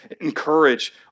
encourage